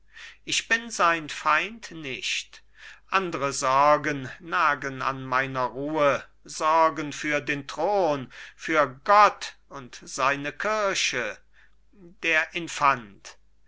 ich bin sein feind nicht andre sorgen nagen an meiner ruhe sorgen für den thron für gott und seine kirche der infant